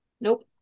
Nope